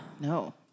No